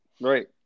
right